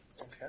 okay